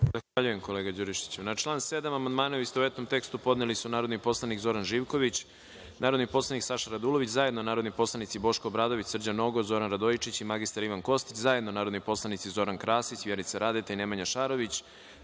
Zahvaljujem, kolega Đurišiću. Na član 7. amandmane, u istovetnom tekstu, podneli su narodni poslanik Zoran Živković, narodni poslanik Saša Radulović, zajedno narodni poslanici Boško Obradović, Srđan Nogo, Zoran Radojičić i mr Ivan Kostić, zajedno narodni poslanici Zoran Krasić, Vjerica Radeta i Nemanja Šarović,